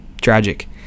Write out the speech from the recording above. tragic